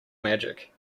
magic